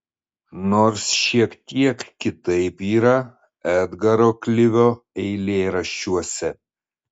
nors šiek tiek kitaip yra edgaro klivio eilėraščiuose